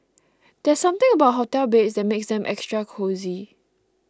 there's something about hotel beds that makes them extra cosy